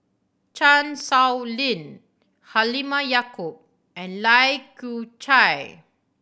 Chan Sow Lin Halimah Yacob and Lai Kew Chai